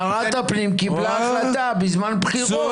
שרת הפנים קיבלה החלטה בזמן בחירות,